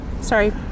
sorry